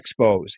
expos